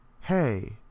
Hey